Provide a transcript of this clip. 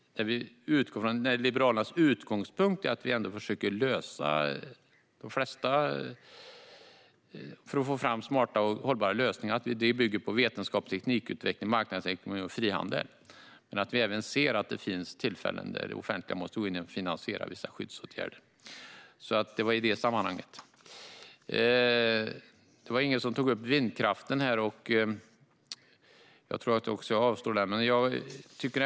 Liberalernas utgångspunkt är ändå att framtagandet av smarta och hållbara lösningar ändå bygger på vetenskap, teknikutveckling, marknadsekonomi och frihandel men att vi även ser att det finns tillfällen där det offentliga måste gå in och finansiera vissa skyddsåtgärder. Det var ingen som tog upp vindkraften här, och jag tror att även jag avstår.